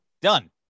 Done